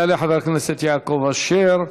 יעלה חבר הכנסת יעקב אשר,